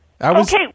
Okay